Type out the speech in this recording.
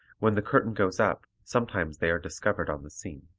when the curtain goes up sometimes they are discovered on the scene.